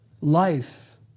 Life